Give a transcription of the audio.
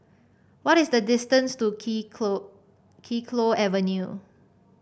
what is the distance to Kee Kee Avenue